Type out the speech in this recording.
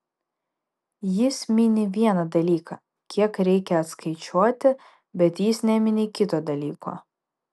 jis mini vieną dalyką kiek reikia atskaičiuoti bet jis nemini kito dalyko